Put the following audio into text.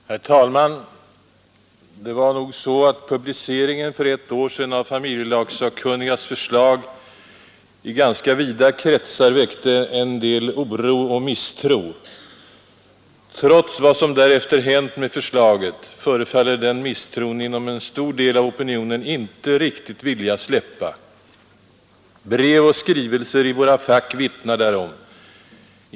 Herr talman! Det var nog så att publiceringen för ett år sedan av familjelagssakkunnigas förslag i ganska vida kretsar väckte en del oro och misstro. Trots det som därefter hänt med förslaget förefaller den misstron inom en stor del av opinionen att inte vilja släppa. Brev och skrivelser i våra postfack vittnar därom.